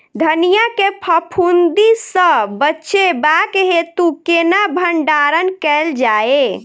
धनिया केँ फफूंदी सऽ बचेबाक हेतु केना भण्डारण कैल जाए?